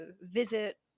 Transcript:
visit